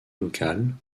locales